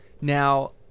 Now